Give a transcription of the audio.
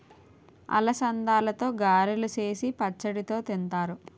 అలసందలతో గారెలు సేసి పచ్చడితో తింతారు